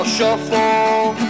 Shuffle